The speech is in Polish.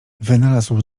wynalazł